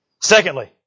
Secondly